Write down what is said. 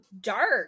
dark